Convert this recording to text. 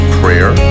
prayer